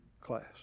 class